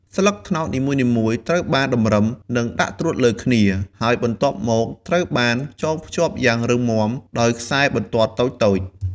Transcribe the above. ស្លឹកត្នោតនីមួយៗត្រូវបានតម្រឹម និងដាក់ត្រួតលើគ្នា ហើយបន្ទាប់មកត្រូវបាន ចងភ្ជាប់យ៉ាងរឹងមាំដោយខ្សែបន្ទាត់តូចៗ ។